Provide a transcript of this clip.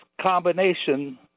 combination